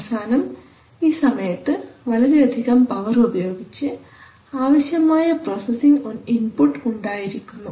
അവസാനം ഈ സമയത്ത് വളരെയധികം പവർ ഉപയോഗിച്ച് ആവശ്യമായ പ്രോസസിങ് ഇൻപുട്ട് ഉണ്ടായിരിക്കുന്നു